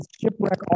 shipwreck